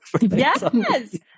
Yes